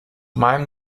meinem